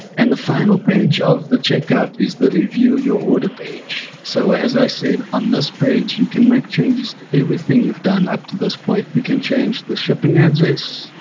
and the final page of the checkout is the review your order page so as i said on this page you can make changes to everything you've done up to this point, you can change the shipping address,